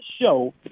show